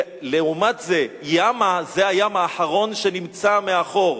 ולעומת זה, ימה זה הים האחרון שנמצא מאחור.